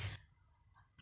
oh